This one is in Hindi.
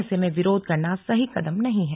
ऐसे में विरोध करना सही कदम नही है